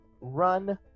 Run